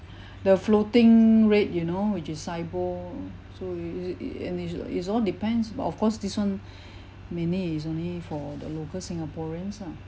the floating rate you know which is SIBOR so it it's and it's it's all depends of course this one mainly is only for the local singaporeans ah